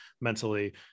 mentally